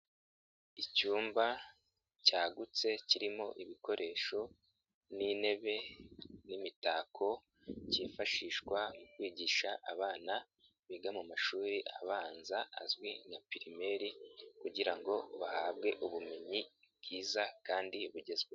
Icyumba cyagutse kirimo ibikoresho n'intebe n'imitako, kifashishwa mu kwigisha abana biga mu mashuri abanza azwi nka primary kugira ngo bahabwe ubumenyi bwiza kandi bugezweho.